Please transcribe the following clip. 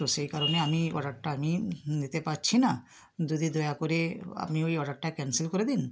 তো সেই কারণে আমি অর্ডারটা নিতে পাচ্ছি না যদি দয়া করে আপনি ওই অর্ডারটা ক্যান্সেল করে দিন